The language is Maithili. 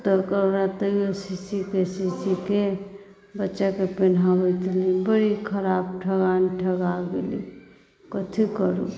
तकर बाद तैओ सी सीके सी सीके बच्चाके पहिरबैत रहलहुँ बड़ी खराब ठकान ठका गेली कथी करू